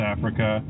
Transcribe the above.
Africa